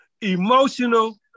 emotional